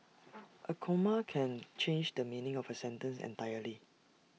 A comma can change the meaning of A sentence entirely